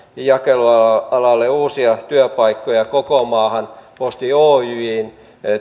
jakelualalle uusia työpaikkoja koko maahan posti oyjn